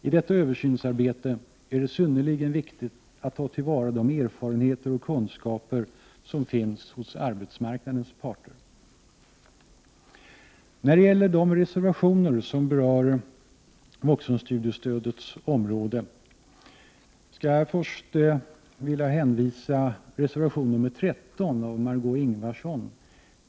I detta översynsarbete är det synnerligen viktigt att ta till vara de erfarenheter och kunskaper som finns hos arbetsmarknadens parter. Så till de reservationer som berör vuxenstudiestödets område. Först vill jag hänvisa till reservation nr 13 av Margöé Ingvardsson.